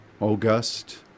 August